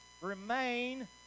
remain